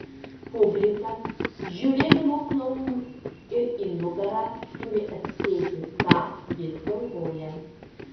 publika žiūrėdama klounui ir į nugarą turi atspėti ką jis galvoja